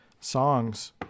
songs